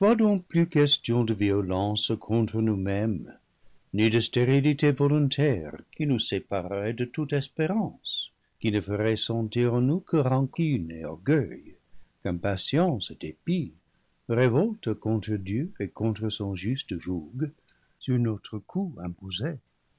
plus question de violence contre nous mêmes ni de stérilité volontaire qui nous séparerait de toute espérance qui ne ferait sentir en nous que rancune et orgueil qu'impatience et dépit révolte contre dieu et contre son juste joug sur notre cou imposé